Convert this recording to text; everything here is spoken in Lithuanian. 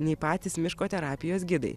nei patys miško terapijos gidai